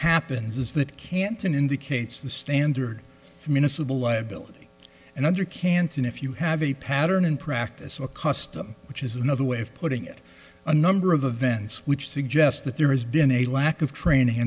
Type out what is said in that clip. happens is that canton indicates the standard for municipal liability and under canton if you have a pattern and practice a custom which is another way of putting it on number of events which suggests that there has been a lack of training